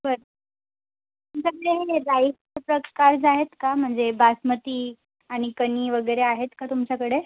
बरं तुमच्याकडे राईसचे प्रकार आहेत का म्हणजे बासमती आणि कणी वगैरे आहेत का तुमच्याकडे